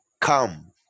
come